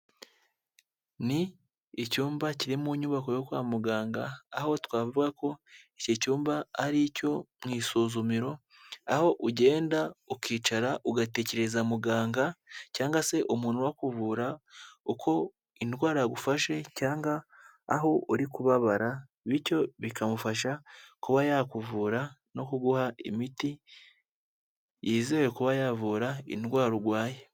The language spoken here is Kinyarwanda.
Ni icyumba kiri mu nyubako yo kwa muganga, aho twavuga ko iki cyumba ari icyo mu isuzumiro. Aho ugenda ukicara ugatekerereza muganga cyangwa se umuntu urakuvura uko indwara agufashe, cyangwa aho uri kubabara. Bityo bikamufasha kuba yakuvura no kuguha imiti yizewe kuba yavura indwara urwaye.